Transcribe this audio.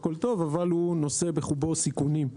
הכל טוב אבל הוא נושא בחובו סיכונים.